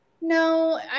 No